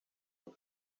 sätt